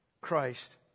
Christ